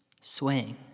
swaying